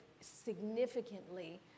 significantly